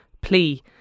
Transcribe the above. plea